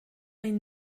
hain